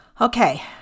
Okay